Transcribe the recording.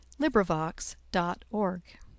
librivox.org